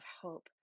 hope